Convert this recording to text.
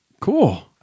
Cool